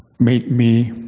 made me